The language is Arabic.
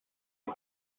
ذلك